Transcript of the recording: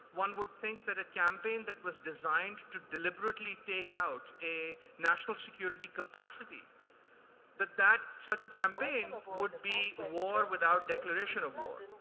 one would think that a campaign that was designed to deliberately take out a national security capacity that that such a campaign would be war without a declaration of war.